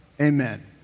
Amen